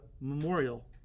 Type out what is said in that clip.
memorial